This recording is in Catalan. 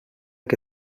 que